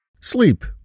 sleep